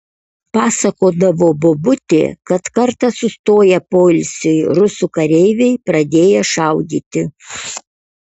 pasakodavo bobutė kad kartą sustoję poilsiui rusų kareiviai pradėję šaudyti